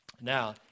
Now